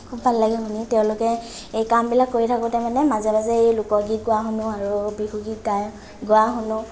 খুব ভাল লাগে শুনি তেওঁলোকে এই কাম বিলাক কৰি থাকোঁতে মানে মাজে মাজে এই লোকগীত গোৱা শুনো আৰু বিহুগীত গায় গোৱা শুনো